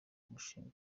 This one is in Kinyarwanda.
umushinga